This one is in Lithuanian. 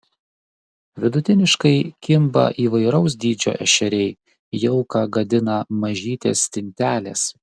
vidutiniškai kimba įvairaus dydžio ešeriai jauką gadina mažytės stintelės